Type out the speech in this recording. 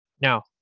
Now